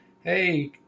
hey